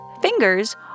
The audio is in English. fingers